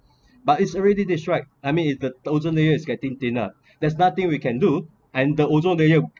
but it's already destroyed I mean it the ozone layer is getting thinner there's nothing we can do and the ozone layer